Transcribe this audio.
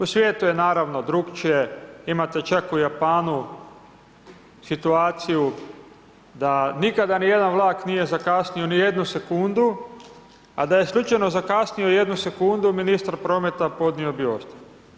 U svijetu je, naravno, drukčije, imate čak u Japanu situaciju da nikada nijedan vlak nije zakasnio ni jednu sekundu, a da je slučajno zakasnio jednu sekundu, ministar prometa podnio bi ostavku.